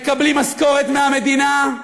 מקבלים משכורת מהמדינה,